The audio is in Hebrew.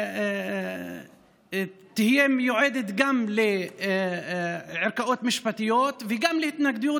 היא תהיה נתונה גם לערכאות משפטיות וגם להתנגדות,